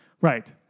Right